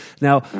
now